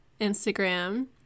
Instagram